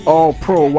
All-Pro